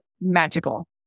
magical